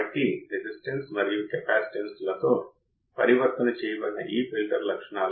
కాబట్టి ఈ సందర్భంలో Ib లేదా ఇన్పుట్ ఆఫ్సెట్ కరెంట్